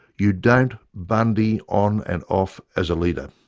you don't bundy on and off as a leader.